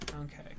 Okay